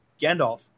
Gandalf